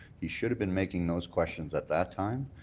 he should have been making those questions at that time.